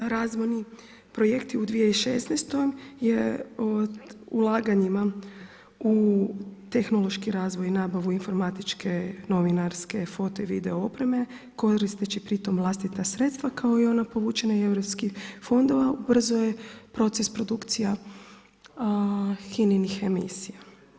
Razvojni projekti u 2016. u ulaganjima u tehnološki razvoj i nabavu informatičke novinarske foto i video opreme koristeći pri tom vlastita sredstva kao i ona povučena iz europskih fondova ubrzo je proces produkcija HINA-inih emisija.